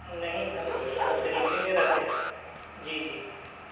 نہیں ہم یہاں قریب ہی میں رہتے ہیں جی جی